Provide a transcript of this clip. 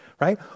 right